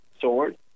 sword